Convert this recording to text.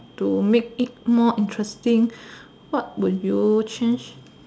to make it more interesting what would you change